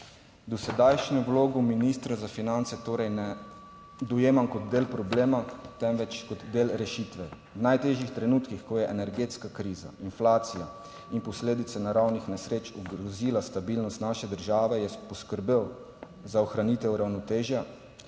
Dosedajšnjo vlogo ministra za finance torej ne dojemam kot del problema, temveč kot del rešitve. V najtežjih trenutkih, ko je energetska kriza, inflacija in posledice naravnih nesreč ogrozila stabilnost naše države, je poskrbel za ohranitev ravnotežja,